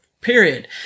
period